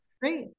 Great